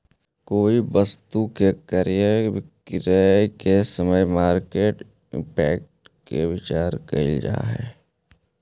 कोई वस्तु के क्रय विक्रय के समय मार्केट इंपैक्ट के विचार कईल जा है